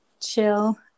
chill